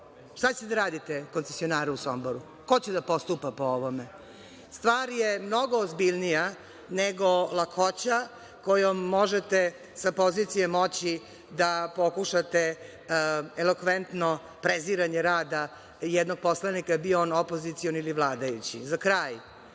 Šta ćete da radite koncesionaru u Somboru? Ko će da postupa po ovome? Stvar je mnogo ozbiljnija nego lakoća kojom možete sa pozicije moći da pokušate elokventno preziranje rada jednog poslanika, bio on opozicioni ili vladajući. Za kraj,